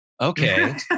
okay